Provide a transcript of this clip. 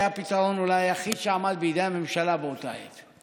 שהוא היה הפתרון היחיד שעמד בידי הממשלה באותה עת.